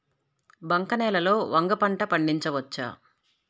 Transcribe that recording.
బంక నేలలో వంగ పంట పండించవచ్చా?